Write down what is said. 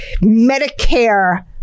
Medicare